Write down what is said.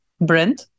brand